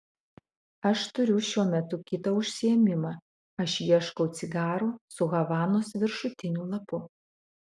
aš turiu šiuo metu kitą užsiėmimą aš ieškau cigarų su havanos viršutiniu lapu